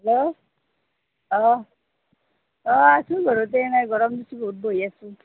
hello অঁ অঁ আছোঁ ঘৰতে এনেই গৰম দিছে ঘৰত বহি আছোঁ